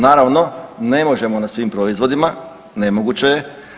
Naravno ne možemo na svim proizvodima, nemoguće je.